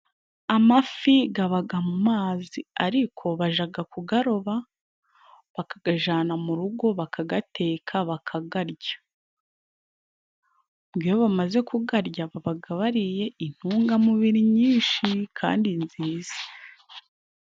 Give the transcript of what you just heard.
Amafi gabaga mu mazi ariko bajaga gugaroba. Bagagajana mu rugo bagagateka bagagarya iyo bamaze gugarya babaga bariye intungamubiri nyinshi kandi nziza.